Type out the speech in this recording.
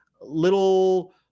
little